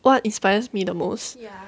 what inspires me the most